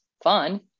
Fun